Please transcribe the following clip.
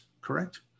correct